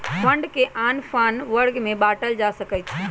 fund के आन आन वर्ग में बाटल जा सकइ छै